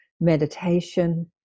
meditation